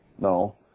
no